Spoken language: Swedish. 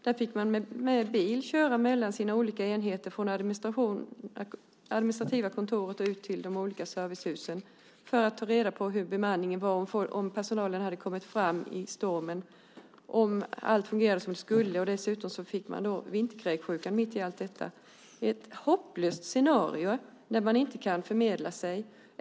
Där fick man med bil köra mellan sina olika enheter, från det administrativa kontoret ut till de olika servicehusen för att ta reda på hur bemanningen var och om personalen hade kommit fram i stormen, om allt fungerade som det skulle. Dessutom fick man vinterkräksjukan mitt i allt detta. Det är ett hopplöst scenario när man inte kan meddela sig.